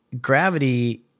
gravity